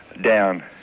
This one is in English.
Down